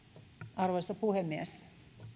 arvoisa puhemies